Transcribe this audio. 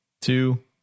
two